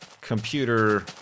computer